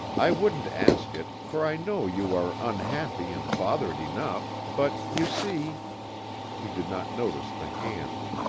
i wouldn't ask it, for i know you are unhappy and bothered enough, but, you see he did not notice the hand.